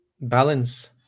balance